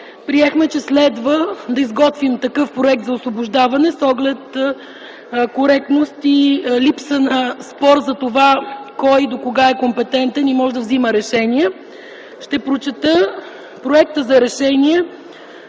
приехме, че следва да изготвим такъв проект за освобождаване с оглед коректност и липса на спор за това кой до кога е компетентен и може да взима решения. Ще прочета проекта за решение